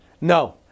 No